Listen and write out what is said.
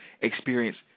experience